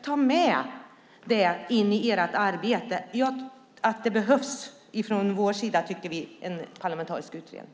Ta med det in i ert arbete att vi tycker att det behövs en parlamentarisk utredning!